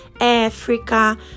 Africa